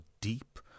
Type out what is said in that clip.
deep